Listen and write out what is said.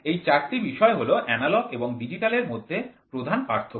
এই চারটি বিষয় হল এনালগ এবং ডিজিটাল এর মধ্যে প্রধান পার্থক্য